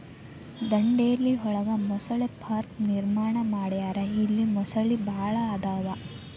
ದಾಂಡೇಲಿ ಒಳಗ ಮೊಸಳೆ ಪಾರ್ಕ ನಿರ್ಮಾಣ ಮಾಡ್ಯಾರ ಇಲ್ಲಿ ಮೊಸಳಿ ಭಾಳ ಅದಾವ